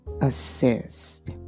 assist